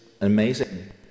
amazing